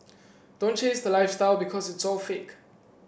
don't chase the lifestyle because it's all fake